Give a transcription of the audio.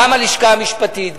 גם הלשכה המשפטית,